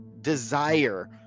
desire